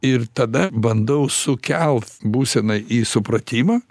ir tada bandau sukelt būseną į supratimą